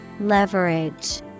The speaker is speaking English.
Leverage